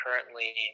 currently